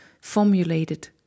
formulated